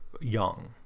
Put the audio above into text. young